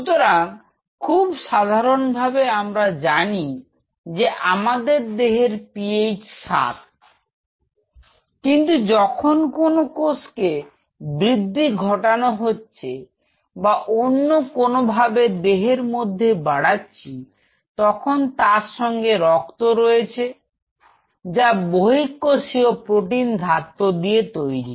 সুতরাং খুব সাধারণভাবে আমরা জানি আমাদের দেহের PH 7 কিন্তু যখন কোন কোষ কে বৃদ্ধি ঘটানো হচ্ছে বা অন্য কোনোভাবে দেহের মধ্যে বাড়াচ্ছি তখন তার সঙ্গে রক্ত রয়েছে যা বহিঃকোষীয় প্রোটিন ধাত্র দিয়ে তৈরি